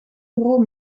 bureau